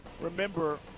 remember